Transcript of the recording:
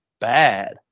bad